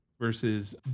Versus